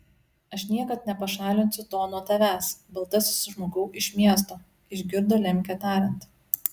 aš niekad nepašalinsiu to nuo tavęs baltasis žmogau iš miesto išgirdo lemkę tariant